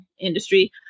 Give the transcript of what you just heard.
industry